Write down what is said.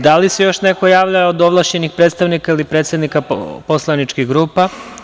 Da li se još neko javlja od ovlašćenih predstavnika ili predsednika poslaničkih grupa?